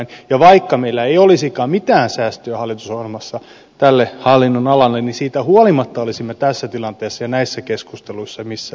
ja vaikka meillä ei olisikaan mitään säästöjä hallitusohjelmassa tälle hallinnonalalle niin siitä huolimatta olisimme tässä tilanteessa ja näissä keskusteluissa missä olemme